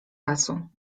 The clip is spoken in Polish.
lasu